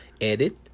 edit